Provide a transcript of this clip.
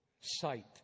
sight